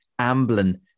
Amblin